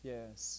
Yes